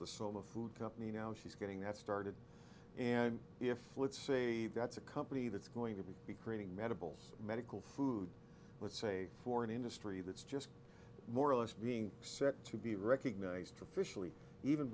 the soul of food company now she's getting that started and if that's a company that's going to be creating medicals medical food let's say for an industry that's just more or less being set to be recognized officially even